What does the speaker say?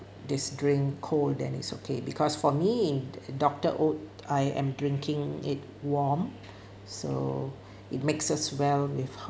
this drink cold then is okay because for me doctor oat I am drinking it warm so it mixes well with hot